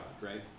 right